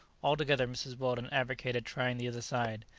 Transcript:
altogether mrs. weldon advocated trying the other side,